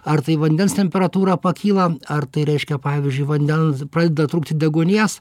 ar tai vandens temperatūra pakyla ar tai reiškia pavyzdžiui vandens pradeda trūkti deguonies